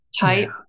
type